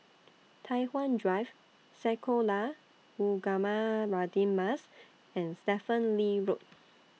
Tai Hwan Drive Sekolah Ugama Radin Mas and Stephen Lee Road